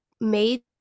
made